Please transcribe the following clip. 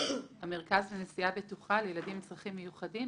המרכז לנסיעה בטוחה לילדים עם צרכים מיוחדים,